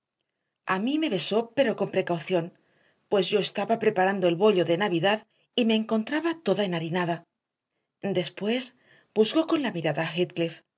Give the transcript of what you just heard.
atuendo a mí me besó pero con precaución pues yo estaba preparando el bollo de navidad y me encontraba toda enharinada después buscó con la mirada a